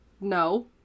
no